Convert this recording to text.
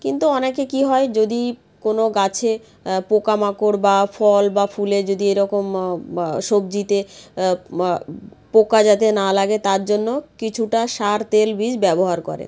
কিন্তু অনেকে কী হয় যদি কোনো গাছে পোকা মাকড় বা ফল বা ফুলে যদি এরকম সবজিতে পোকা যাতে না লাগে তার জন্য কিছুটা সার তেল বীজ ব্যবহার করে